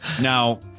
Now